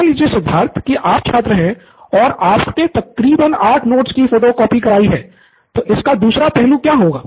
मान लीजिए सिद्धार्थ कि आप छात्र हैं और आपने तकरीबन आठ नोट्स कि फोटो कॉपी करवाई तो इसका दूसरा पहलू क्या होगा